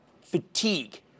fatigue